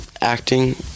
acting